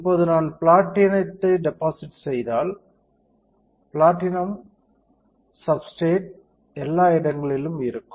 இப்போது நான் பிளாட்டினத்தை டெபாசிட் செய்தால் பிளாட்டினம் சப்ஸ்டிரேட் எல்லா இடங்களிலும் இருக்கும்